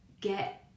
get